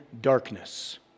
darkness